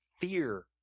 fear